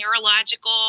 neurological